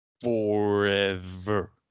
Forever